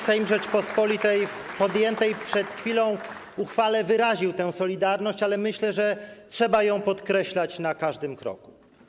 Sejm Rzeczypospolitej w podjętej przed chwilą uchwale wyraził tę solidarność, ale myślę, że trzeba ją podkreślać na każdym kroku.